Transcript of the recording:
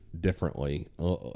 differently